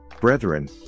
brethren